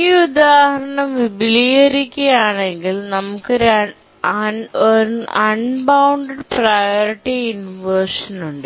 ഈ ഉദാഹരണം വിപുലീകരിക്കുക ആണെങ്കിൽ നമ്മൾക്കു അൺബൌണ്ടഡ് പ്രിയോറിറ്റി ഇൻവെർഷൻ ഉണ്ട്